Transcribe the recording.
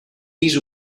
pis